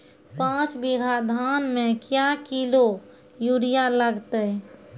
पाँच बीघा धान मे क्या किलो यूरिया लागते?